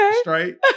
straight